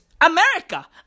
America